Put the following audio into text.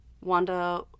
Wanda